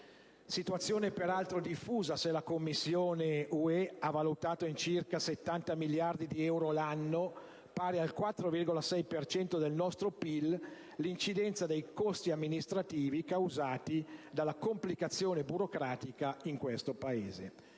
Situazione, peraltro, diffusa se la Commissione UE ha valutato in circa 70 miliardi di euro l'anno, pari al 4,6 per cento del nostro PIL, l'incidenza dei costi amministrativi causati dalla complicazione burocratica in questo Paese.